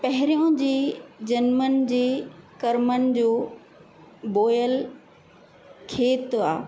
पहिरियों जे जनमनि जे करमनि जो बोयल खेतु आहे